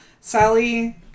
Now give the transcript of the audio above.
sally